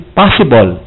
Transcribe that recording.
possible